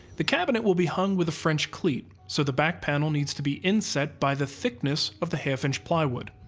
the cabinet will be hung with a french cleat, so the back panel needs to be inset by the thickness of the half-inch plywood.